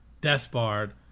Despard